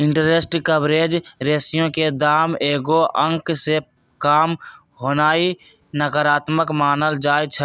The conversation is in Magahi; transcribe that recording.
इंटरेस्ट कवरेज रेशियो के दाम एगो अंक से काम होनाइ नकारात्मक मानल जाइ छइ